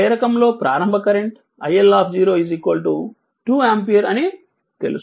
కానీ ప్రేరకంలో ప్రారంభ కరెంట్ iL 2 ఆంపియర్ అని తెలుసు